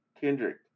Kendrick